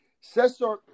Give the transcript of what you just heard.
Cesar